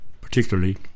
particularly